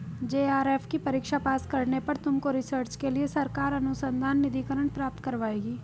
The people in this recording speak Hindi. जे.आर.एफ की परीक्षा पास करने पर तुमको रिसर्च के लिए सरकार अनुसंधान निधिकरण प्राप्त करवाएगी